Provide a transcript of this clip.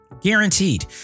guaranteed